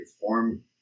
form